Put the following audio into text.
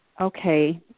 okay